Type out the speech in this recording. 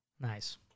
nice